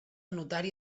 notari